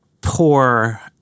poor